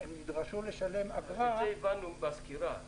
הם נדרשו לשלם אגרה --- את זה הבנו בסקירה.